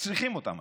צריכים היום.